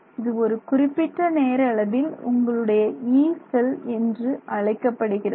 இது ஒரு குறிப்பிட்ட நேர அளவில் உங்களுடைய 'யீ செல்' என்று அழைக்கப்படுகிறது